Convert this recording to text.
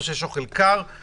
או שיש אוכל קר.